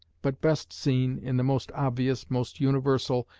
but best seen, in the most obvious, most universal,